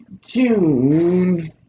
June